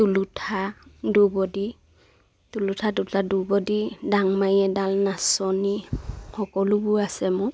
তুলুঠা ডাংমাৰী এডাল নাচনী সকলোবোৰ আছে মোৰ